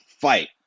fight